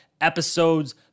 episodes